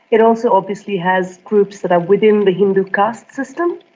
it also obviously has groups that are within the hindu caste system.